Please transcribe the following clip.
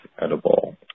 edible